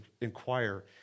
inquire